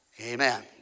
Amen